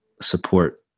support